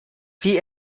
wie